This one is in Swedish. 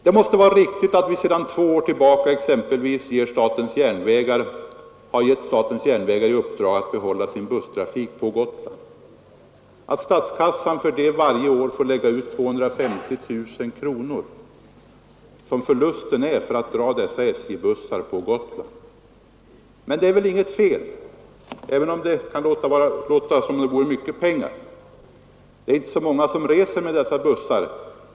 Det måste vara riktigt att vi sedan två år tillbaka exempelvis ger statens järnvägar i uppdrag att behålla busstrafiken på Gotland och att statskassan varje år får lägga ut 250 000 kronor, vilket är förlusten för dessa SJ-bussar på Gotland. Det kan väl inte vara fel, även om det låter som mycket pengar. Det är inte så många som reser med dessa bussar.